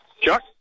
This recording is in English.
Chuck